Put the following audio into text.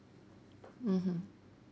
mmhmm